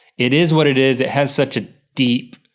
it is what it is, it has such a deep